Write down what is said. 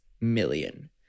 million